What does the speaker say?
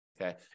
Okay